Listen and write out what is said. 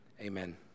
Amen